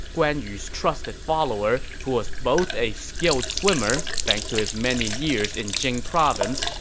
guan yu's trusted follower who was both a skilled swimmer, thanks to his many years in jing province,